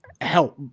help